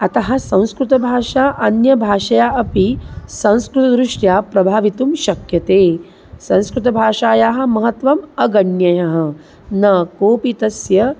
अतः संस्कृतभाषा अन्यभाषया अपि संस्कृतदृष्ट्या प्रभावितुं शक्यते संस्कृतभाषायाः महत्त्वम् अगण्यं न कोपि तस्य